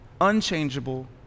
unchangeable